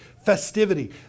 Festivity